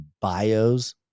bios